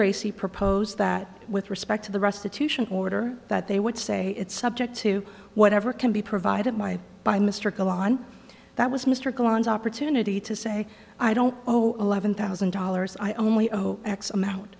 tracy proposed that with respect to the restitution order that they would say it's subject to whatever can be provided my by mr golan that was mr golan's opportunity to say i don't owe eleven thousand dollars i only x amount